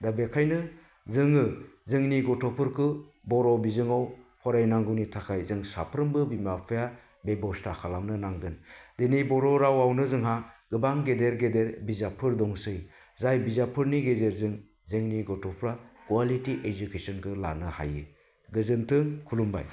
दा बेनिखायनो जोङो जोंनि गथ'फोरखौ बर' बिजोंआव फरायनांगौनि थाखाय जों साफ्रोमबो बिमा बिफाया बेबस्था खालामनो नांगोन दिनै बर' रावावनो जोंहा गोबां गेदेर गेदेर बिजाबफोर दंसै जाय बिजाबफोरनि गेजेरजों जोंनि गथ'फ्रा कुवालिटि इडुकेसनखौ लानो हायो गोजोनथों खुलुमबाय